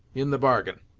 in the bargain.